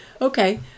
okay